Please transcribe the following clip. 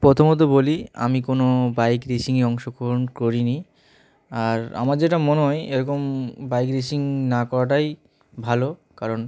প্রথমত বলি আমি কোনো বাইক রেসিংয়ে অংশগ্রহণ করিনি আর আমার যেটা মনে হয় এরকম বাইক রেসিং না করাটাই ভালো কারণ